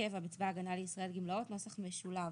הקבע בצבא הגנה לישראל (גמלאות) (נוסח משולב),